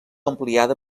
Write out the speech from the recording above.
ampliada